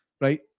Right